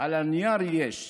על הנייר, יש.